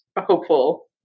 hopeful